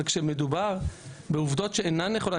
אבל כשמדובר בעובדות שאינן נכונות.